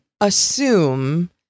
assume